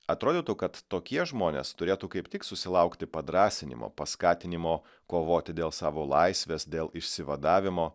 atrodytų kad tokie žmonės turėtų kaip tik susilaukti padrąsinimo paskatinimo kovoti dėl savo laisvės dėl išsivadavimo